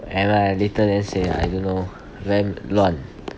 whatever lah later then say lah I don't know very 乱